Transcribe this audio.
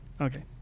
Okay